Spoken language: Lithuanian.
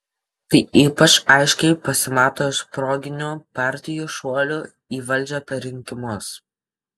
tai ypač aiškiai pasimato iš proginių partijų šuolių į valdžią per rinkimus